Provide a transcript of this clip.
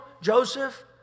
Joseph